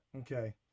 okay